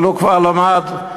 אבל הוא כבר למד לדעת,